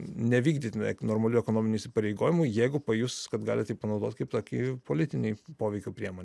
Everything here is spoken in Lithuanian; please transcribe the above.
nevykdyti normalių ekonominių įsipareigojimų jeigu pajus kad gali tai panaudot kaip tokį politinį poveikio priemonę